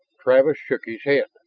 travis shook his head.